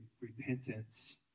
Repentance